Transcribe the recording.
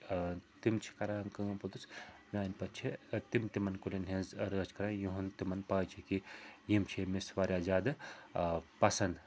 تِم چھِ کَران کٲم پوٚتُس میٛانہِ پَتہٕ چھِ تِم تِمَن کُلٮ۪ن ہٕنٛز رٲچھ کَران یِہُنٛد تِمن پے چھِ کہِ یِم چھِ أمِس واریاہ زیادٕ پَسنٛد